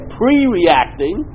pre-reacting